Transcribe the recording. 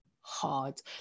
hard